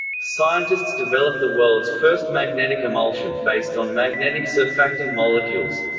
scientists develop the world's first magnetic emulsion, based on magnetic surfactant molecules.